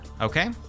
Okay